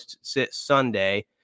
Sunday